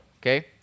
Okay